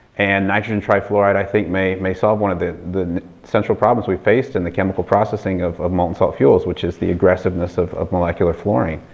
and nitrogen trifluoride, i think, may may solve one of the the central problems we faced in the chemical processing of of molten salt fuels which is the aggressiveness of of molecular fluorine.